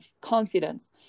confidence